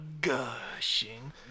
gushing